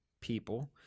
people